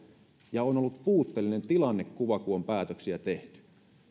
ja on ollut puutteellinen tilannekuva kun on päätöksiä tehty